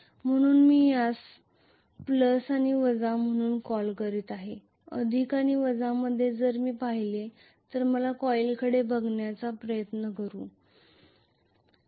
म्हणूनच मी याला प्लस आणि वजा म्हणून संबोधित करीत आहे अधिक आणि वजा दरम्यान जर मी पाहिले तर मला कॉइलकडे बघण्याचा प्रयत्न करू द्या